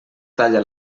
talla